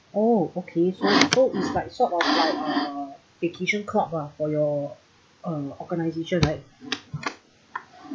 oh okay so it's like sort of like a vacation club lah for your uh organization right